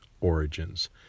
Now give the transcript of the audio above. origins